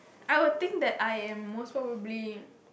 I would think that I am most probably